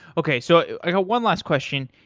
okay. so i've got one last question.